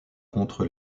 contre